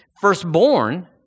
firstborn